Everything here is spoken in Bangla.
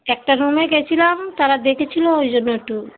একটা রুমে গিয়েছিলাম তারা ডেকেছিল ওই জন্য একটু